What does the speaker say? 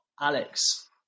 Alex